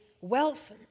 Wealth